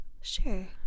Sure